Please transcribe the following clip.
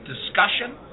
discussion